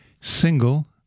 single